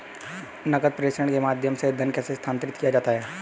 नकद प्रेषण के माध्यम से धन कैसे स्थानांतरित किया जाता है?